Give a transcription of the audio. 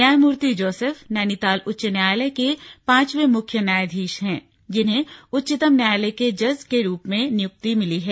न्यायामूर्ति जोसेफ नैनीताल उच्च न्यायालय के पांचवे मुख्य न्याधीश हैं जिन्हें उच्चतम न्यायालय के जज के रूप में नियुक्ति मिली है